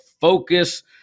Focus